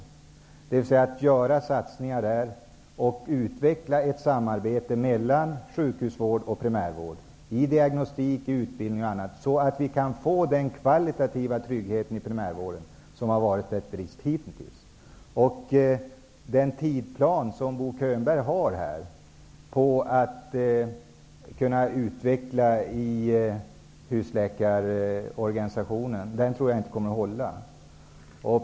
Det gäller alltså att göra satsningar och att utveckla ett samarbete mellan sjukhusvård och primärvård beträffande diagnostik, utbildning osv. På det sättet kan vi få den kvalitativa trygghet i primärvården som hittills saknats. Jag tror inte att Bo Könbergs tidsplan för utvecklingen av husläkarorganisationen kommer att hålla.